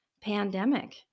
pandemic